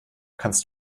kannst